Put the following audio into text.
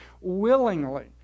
willingly